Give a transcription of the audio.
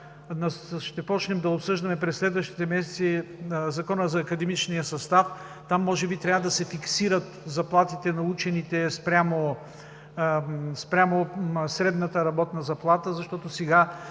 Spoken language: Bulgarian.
Ще започнем да обсъждаме през следващите месеци Закона за академичния състав. Там може би трябва да се фиксират заплатите на учените спрямо средната работна заплата, защото сега